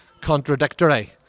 contradictory